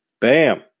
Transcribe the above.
bam